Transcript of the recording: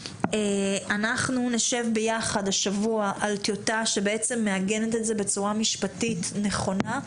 אנחנו נשב ביחד השבוע על טיוטה שמעגנת את זה בצורה משפטית נכונה,